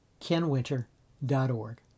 kenwinter.org